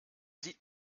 sieht